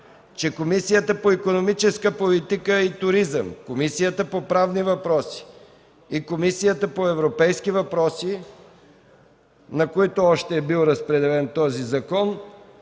че Комисията по икономическата политика и туризъм, Комисията по правни въпроси и Комисията по европейските въпроси, на които е бил разпределен още този закон,